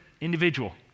individual